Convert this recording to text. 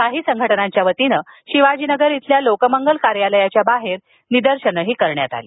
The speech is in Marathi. काही संघटनांच्या वतीनं शिवाजीनगर इथल्या लोकमंगल कार्यालयाच्या बाहेर निदर्शनं करण्यात आली